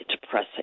depressing